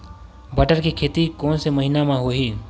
बटर के खेती कोन से महिना म होही?